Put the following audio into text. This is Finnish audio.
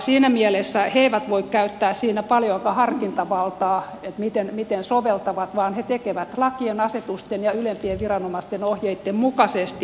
siinä mielessä he eivät voi käyttää siinä paljoakaan harkintavaltaa miten soveltavat vaan he tekevät lakien asetusten ja ylempien viranomaisten ohjeitten mukaisesti